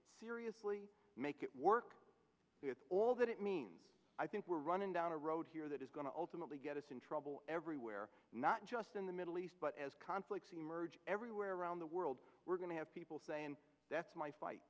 it seriously make it work it's all that it means i think we're running down a road here that is going to ultimately get us in trouble everywhere not just in the middle east but as conflicts emerge everywhere around the world we're going to have people saying that's my